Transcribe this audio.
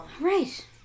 Right